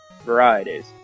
varieties